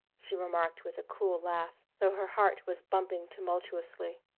she remarked with a cool laugh, though her heart was bumping tumultuously.